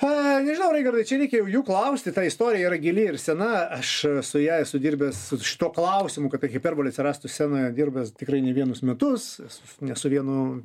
na nežinau raigardai čia reikia jau jų klausti ta istorija yra gili ir sena aš su ja esu dirbęs su šituo klausimu kad ta hiperbolė atsirastų scenoje dirbęs tikrai ne vienus metus ne su vienu